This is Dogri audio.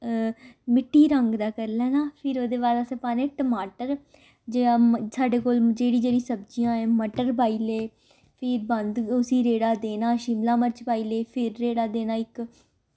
मिट्टी रंग दा करी लैना फिर ओह्दे बाद पाने असें टमाटर जे साढ़े कोल जेह्ड़ी जेह्ड़ी सब्जियां ऐं मटर पाई ले फिर बंद गो उसी रेड़ा देना शिमला मर्च पाई लेई फिर रेड़ा देना इक